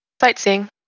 Sightseeing